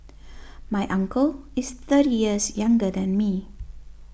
my uncle is thirty years younger than me